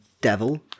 devil